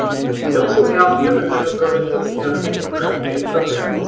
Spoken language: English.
we also have the other type of permit that we have is a direct pay permit.